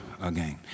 again